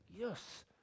yes